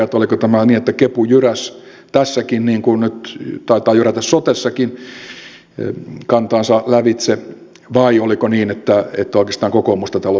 oliko tämä niin että kepu jyräsi tässäkin niin kuin nyt taitaa jyrätä sotessakin kantaansa lävitse vai oliko niin että oikeastaan kokoomus tätä loppujen lopuksi tavoitteli